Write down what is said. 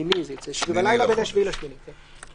7 ל-8 בחודש.